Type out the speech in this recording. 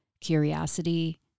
curiosity